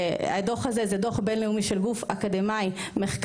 הדוח הזה הוא דוח בין-לאומי של גוף אקדמי מחקרי,